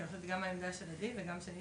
כי אני חושבת שגם העמדה של עדי וגם שלי,